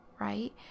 right